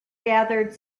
gathered